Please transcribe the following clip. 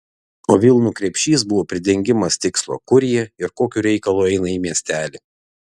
o vilnų krepšys buvo pridengimas tikslo kur ji ir kokiu reikalu eina į miestelį